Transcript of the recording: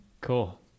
Cool